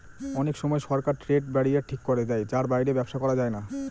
অনেক সময় সরকার ট্রেড ব্যারিয়ার ঠিক করে দেয় যার বাইরে ব্যবসা করা যায় না